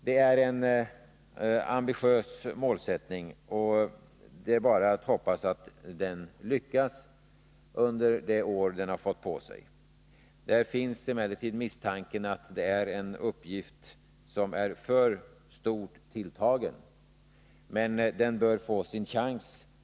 Det är en ambitiös målsättning, och det är bara att hoppas att kommissionen lyckas under det år den fått på sig. Misstanken finns emellertid att det är en uppgift som är för stort tilltagen. Men kommissionen bör få sin chans.